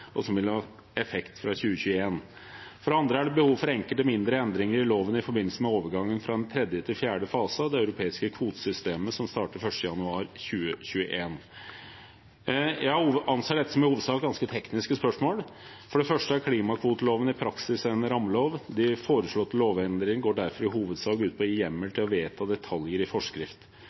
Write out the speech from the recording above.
og som vil ha effekt fra 2021. For det andre er det behov for enkelte mindre endringer i loven i forbindelse med overgangen fra tredje til fjerde fase av det europeiske kvotesystemet som starter 1. januar 2021. Jeg anser dette som i hovedsak ganske tekniske spørsmål. For det første er klimakvoteloven i praksis en rammelov. De foreslåtte lovendringene går derfor i hovedsak ut på å gi hjemmel til å vedta detaljer i forskrift.